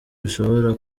zishobora